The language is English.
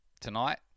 tonight